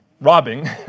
robbing